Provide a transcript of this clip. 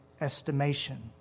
estimation